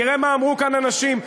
תראה מה אמרו כאן אנשים,